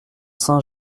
saint